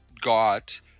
got